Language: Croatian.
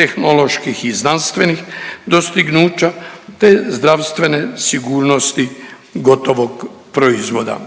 tehnoloških i znanstvenih dostignuća, te zdravstvene sigurnosti gotovog proizvoda.